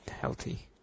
healthy